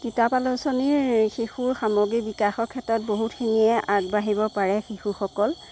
কিতাপ আলোচনী শিশুৰ সামগ্ৰীক বিকাশৰ ক্ষেত্ৰত বহুতখিনিয়ে আগবাঢ়িব পাৰে শিশুসকল